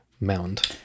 mound